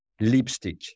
lipstick